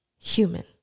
human